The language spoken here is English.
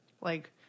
Like-